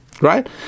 Right